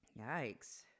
yikes